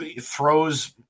throws